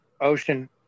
ocean